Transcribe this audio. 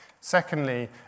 Secondly